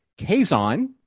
Kazon